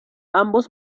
ambos